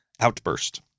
outburst